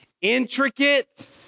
intricate